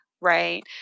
right